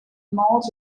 more